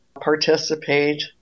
participate